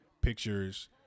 pictures